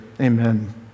Amen